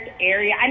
area